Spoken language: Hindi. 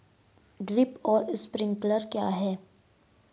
ड्रिप और स्प्रिंकलर क्या हैं?